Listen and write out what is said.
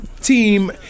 team